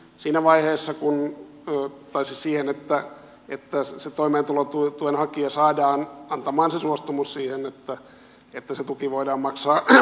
siinä vaiheessa kun lupa siihen että se toimeentulotuen hakija saadaan antamaan se suostumus siihen että se tuki voidaan maksaa vuokranantajalle